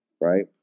right